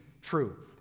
true